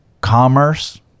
commerce